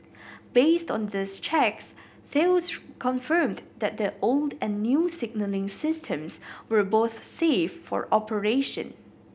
based on these checks Thales confirmed that the old and new signalling systems were both safe for operation